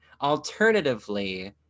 Alternatively